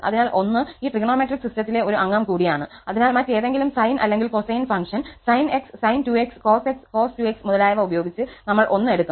അതിനാൽ 1 ഈ ട്രിഗണോമെട്രിക് സിസ്റ്റത്തിലെ ഒരു അംഗം കൂടിയാണ് അതിനാൽ മറ്റേതെങ്കിലും സൈൻ അല്ലെങ്കിൽ cosine function sin 𝑥 sin 2𝑥 cos 𝑥 cos 2𝑥 മുതലായവ ഉപയോഗിച്ച് നമ്മൾ 1 എടുക്കും